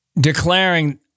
declaring